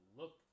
look